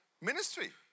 ministry